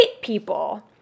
people